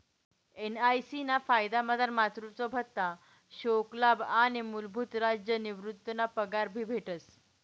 NIC ना फायदामझार मातृत्व भत्ता, शोकलाभ आणि मूलभूत राज्य निवृतीना पगार भी भेटस